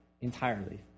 entirely